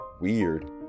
weird